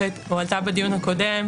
שהועלתה בדיון הקודם,